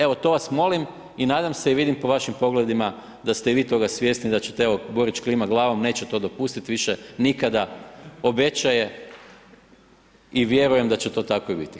Evo, to vas molim i nadam se i vidim po vašim pogledima da ste i vi toga svjesni, da će evo, Borić klima glavom, neće to dopustiti više nikada, običaje i vjeruje da će to tako i biti.